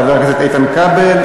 חבר הכנסת איתן כבל,